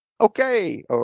Okay